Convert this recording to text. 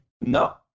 No